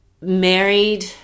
married